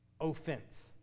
Offense